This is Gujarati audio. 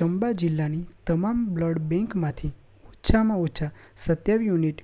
ચંબા જિલ્લાની તમામ બ્લડ બેંકમાંથી ઓછામાં ઓછાં સત્યાવી યુનિટ